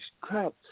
crap